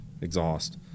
exhaust